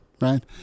Right